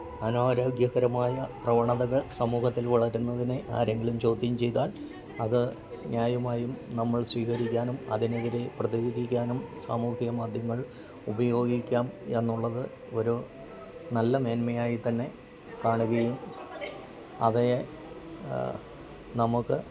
അനാരോഗ്യകരമായ പ്രവണതകൾ സമൂഹത്തിൽ വളരുന്നതിനെ ആരെങ്കിലും ചോദ്യം ചെയ്താൽ അത് ന്യായമായും നമ്മൾ സ്വീകരിക്കാനും അതിന് എതിരേ പ്രതികരിക്കാനും സാമൂഹിക മാദ്ധ്യമങ്ങൾ ഉപയോഗിക്കാം എന്നുള്ളത് ഒരു നല്ല മേന്മയായി തന്നെ കാണുകയും അവയെ നമുക്ക്